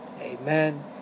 Amen